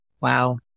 Wow